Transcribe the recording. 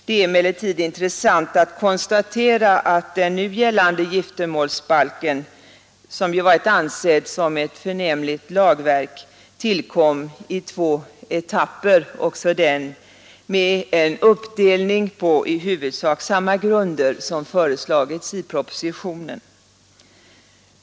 Det är emellertid intressant att konstatera att den nu gällande giftermålsbalken, som varit ansedd som ett förnämligt lagverk, tillkom i två etapper med en uppdelning på i huvudsak samma grunder som föreslagits i propositionen.